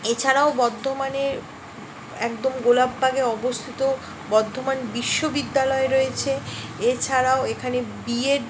এছাড়াও বর্ধমানে একদম গোলাপবাগে অবস্থিত বর্ধমান বিশ্ববিদ্যালয় রয়েছে এছাড়াও এখানে বি এড